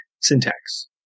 syntax